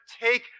take